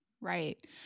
Right